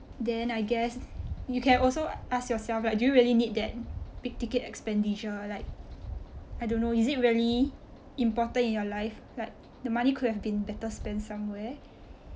then I guess you can also ask yourself like do you really need that big ticket expenditure like I don't know is it really important in your life like the money could have been better spent somewhere